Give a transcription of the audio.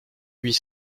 huit